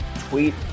Tweet